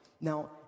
Now